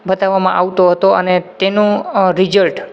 બતાવવામાં આવતો હતો અને તેનું અ રીઝલ્ટ